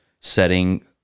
setting